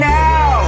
now